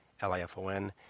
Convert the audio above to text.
L-I-F-O-N